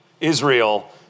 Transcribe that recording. Israel